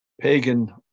pagan